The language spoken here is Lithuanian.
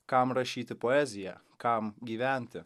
kam rašyti poeziją kam gyventi